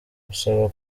usaba